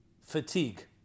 fatigue